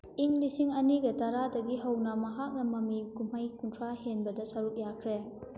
ꯏꯪ ꯂꯤꯁꯤꯡ ꯑꯅꯤꯒ ꯇꯔꯥꯗꯒꯤ ꯍꯧꯅ ꯃꯍꯥꯛꯅ ꯃꯃꯤ ꯀꯨꯝꯍꯩ ꯀꯨꯟꯊ꯭ꯔꯥ ꯍꯦꯟꯕꯗ ꯁꯔꯨꯛ ꯌꯥꯈ꯭ꯔꯦ